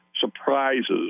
surprises